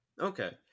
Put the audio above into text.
okay